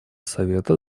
совета